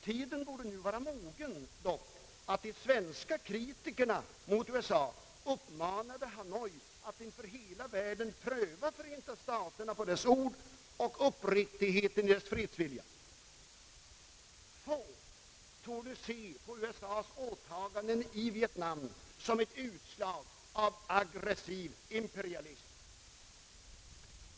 Tiden borde nu vara mogen att de svenska kritikerna mot USA uppmanade Hanoi att inför hela världen pröva Förenta staterna på dess ord och uppriktigheten i dess fredsvilja. Få torde se på USA:s åtagande i Vietnam som ett utslag av aggressiv imperialism.